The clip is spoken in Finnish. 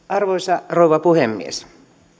arvoisa rouva puhemies